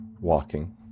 Walking